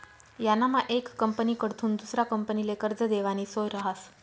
यानामा येक कंपनीकडथून दुसरा कंपनीले कर्ज देवानी सोय रहास